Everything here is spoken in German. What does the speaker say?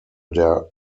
der